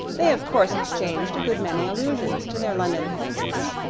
they of course exchanged a good many allusions to their london acquaintance.